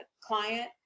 client